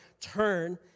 Turn